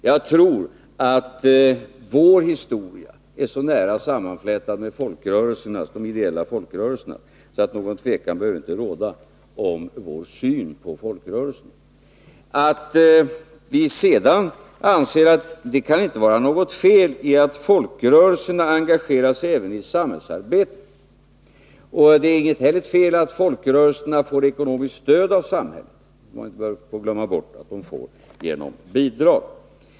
Jag tror att vår historia är så nära sammanflätad med de ideella folkrörelserna att någon osäkerhet inte behöver råda om vår syn på folkrörelserna. Vi anser att det inte kan vara något fel i att folkrörelserna engagerar sig även i samhällsarbetet. Det är heller inget fel i att folkrörelserna får ekonomiskt stöd av samhället, vilket man inte bör glömma bort att de får genom bidrag.